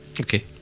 Okay